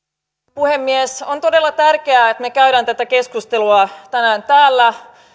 puhemies on todella tärkeää että me käymme tätä keskustelua tänään täällä